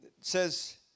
says